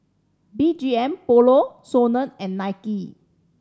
B G M Polo SONA and Nike